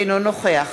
אינו נוכח